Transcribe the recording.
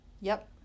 Yep